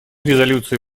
резолюции